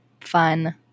fun